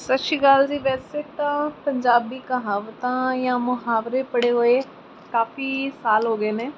ਸਤਿ ਸ਼੍ਰੀ ਅਕਾਲ ਜੀ ਵੈਸੇ ਤਾਂ ਪੰਜਾਬੀ ਕਹਾਵਤਾਂ ਜਾਂ ਮੁਹਾਵਰੇ ਪੜ੍ਹੇ ਹੋਏ ਕਾਫੀ ਸਾਲ ਹੋ ਗਏ ਨੇ